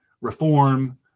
reform